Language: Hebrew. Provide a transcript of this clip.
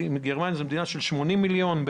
גרמניה זאת מדינה של 80 מיליון,